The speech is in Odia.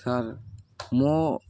ସାର୍ ମୁଁ